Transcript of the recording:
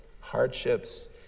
hardships